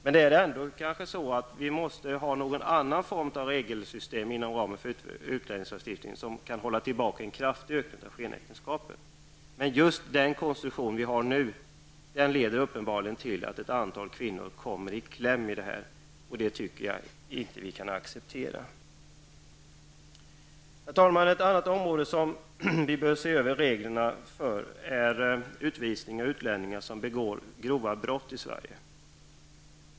Men det är kanske ändå så att det måste finnas en annan form av regelsystem inom ramen för utlänningslagstiftningen som kan förhindra en kraftig ökning av antalet skenäktenskap. Men just den konstruktion som finns nu leder uppenbarligen till att ett antal kvinnor kommer i kläm. Jag tycker inte att vi kan acceptera det. Herr talman! Ett annat område som bör ses över är reglerna för utvisning av utlänningar som begår grova brott i Sverige.